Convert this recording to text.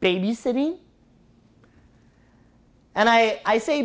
babysitting and i say